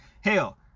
Hell